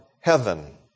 heaven